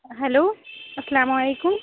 hello السّلام علیکم